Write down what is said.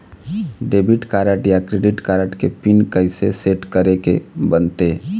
Debit card या credit card के pin कइसे सेट करे के बनते?